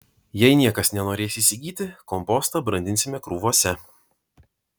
jei niekas nenorės įsigyti kompostą brandinsime krūvose